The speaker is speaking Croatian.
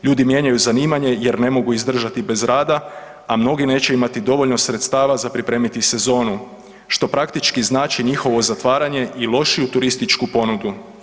Ljudi mijenjaju zanimanje jer ne mogu izdržati bez rada, a mnogi neće imati dovoljno sredstava za pripremiti sezonu, što praktički znači njihovo zatvaranje i lošiju turističku ponudu.